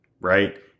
right